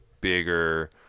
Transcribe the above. bigger